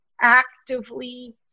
actively